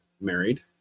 married